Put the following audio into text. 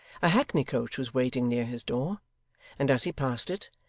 a hackney-coach was waiting near his door and as he passed it,